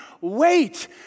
wait